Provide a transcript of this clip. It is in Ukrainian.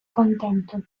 контенту